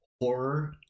Horror